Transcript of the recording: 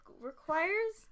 requires